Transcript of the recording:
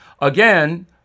Again